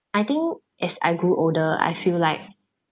I think as I grew older I feel like